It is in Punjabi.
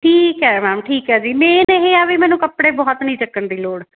ਠੀਕ ਹੈ ਮੈਮ ਠੀਕ ਹੈ ਜੀ ਮੇਨ ਇਹ ਆ ਵੀ ਮੈਨੂੰ ਕੱਪੜੇ ਬਹੁਤ ਨਹੀਂ ਚੱਕਣ ਦੀ ਲੋੜ